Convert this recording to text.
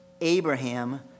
Abraham